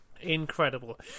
Incredible